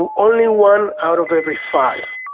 and only one out of every five.